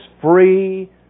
free